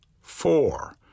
Four